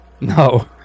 no